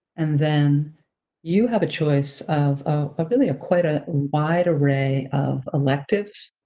and then you have a choice of, ah really quite a wide array of electives.